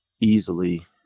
easily